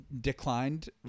declined